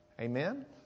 Amen